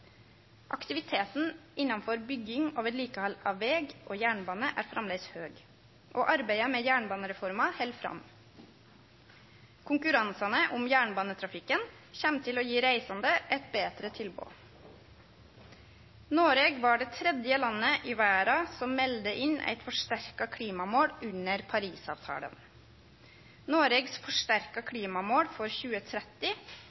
Aktiviteten innanfor bygging og vedlikehald av veg og jernbane er framleis høg, og arbeidet med jernbanereforma held fram. Konkurransane om jernbanetrafikken kjem til å gi reisande eit betre tilbod. Noreg var det tredje landet i verda som melde inn eit forsterka klimamål under Parisavtalen. Noregs forsterka